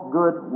good